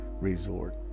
resort